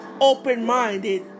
open-minded